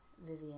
Vivian